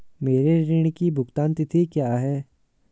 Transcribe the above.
मेरे ऋण की भुगतान तिथि क्या है?